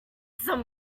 some